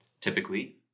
Typically